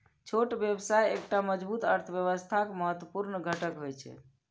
छोट व्यवसाय एकटा मजबूत अर्थव्यवस्थाक महत्वपूर्ण घटक होइ छै